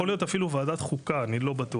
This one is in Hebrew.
יכול להיות אפילו ועדת חוקה, אני לא בטוח.